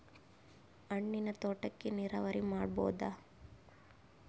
ಹಣ್ಣಿನ್ ತೋಟಕ್ಕ ನೀರಾವರಿ ಮಾಡಬೋದ?